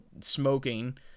smoking